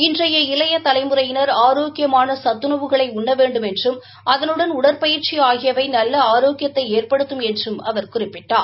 இன்றைய இளைய தலைமுறையினா் ஆரோக்கியமான சத்துணவுகளை உண்ண வேண்டும் அதலுடன் உடற்பயற்சி ஆகியவை நல்ல ஆரோக்கியத்தை ஏற்படுத்தம் என்று அவர் குறிப்பிட்டார்